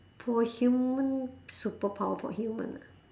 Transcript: for human superpower for human ah